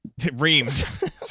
Reamed